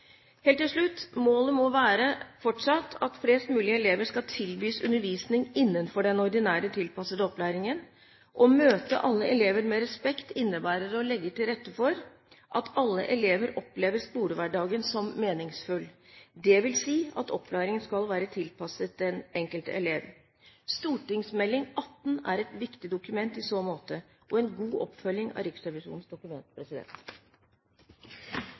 Helt til slutt: Målet må fortsatt være at flest mulig elever skal tilbys undervisning innenfor den ordinære, tilpassede opplæringen. Å møte alle elever med respekt innebærer å legge til rette for at alle elever opplever skolehverdagen som meningsfull. Det vil si at opplæringen skal være tilpasset den enkelte elev. Meld. St. 18 er et viktig dokument i så måte og en god oppfølging av Riksrevisjonens dokument.